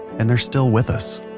and they're still with us